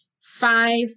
five